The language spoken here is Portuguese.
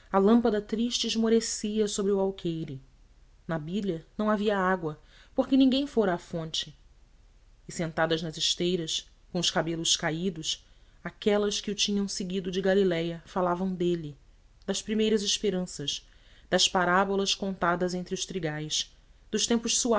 a lâmpada triste esmorecia sobre o alqueire na bilha não havia água porque ninguém fora à fonte e sentadas na esteira com os cabelos caídos aquelas que o tinham seguido de galiléia falavam dele das primeiras esperanças das parábolas contadas por entre os trigais dos templos